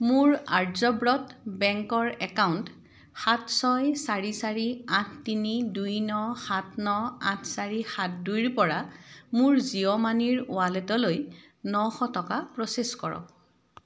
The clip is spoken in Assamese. মোৰ আৰ্যব্ৰত বেংকৰ একাউণ্ট সাত ছয় চাৰি চাৰি আঠ তিনি দুই ন সাত ন আঠ চাৰি সাত দুই ৰ পৰা মোৰ জিঅ' মানিৰ ৱালেটলৈ নশ টকা প্ৰ'চেছ কৰক